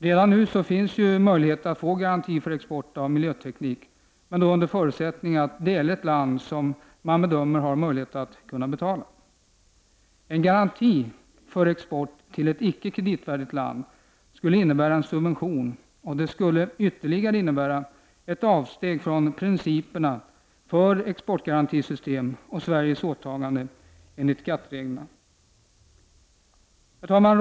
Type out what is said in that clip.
Redan nu finns möjligheten att få garanti för export av miljöteknik, under förutsättning att det gäller ett land som man bedömer har möjlighet att betala. En garanti för export till ett icke kreditvärdigt land skulle innebära en subvention, och det skulle ytterligare innebära ett avsteg från principerna för exportgarantisystemet och Sveriges åtaganden enligt GATT-reglerna. Herr talman!